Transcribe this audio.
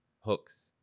hooks